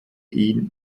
ihn